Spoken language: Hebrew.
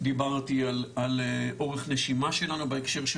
דיברתי על אורך נשימה שלנו בהקשר של